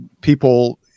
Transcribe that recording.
people